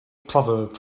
proverb